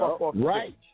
Right